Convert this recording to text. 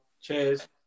Cheers